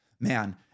Man